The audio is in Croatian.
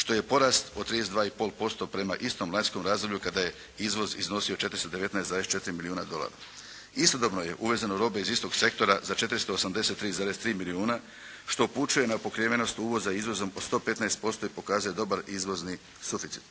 što je porast od 32 i pol posto prema istom lanjskom razdoblju kada je izvoz iznosio 419,24 milijuna dolara. Istodobno je uvezeno robe iz istog sektora za 483,3 milijuna što upućuje na pokrivenost uvoza izvozom od 115% i pokazuje dobar izvozni suficit.